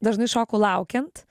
dažnai šoku laukiant